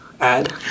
add